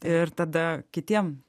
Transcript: ir tada kitiem